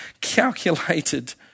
calculated